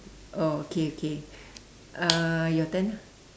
oh okay okay uh your turn